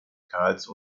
karls